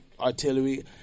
artillery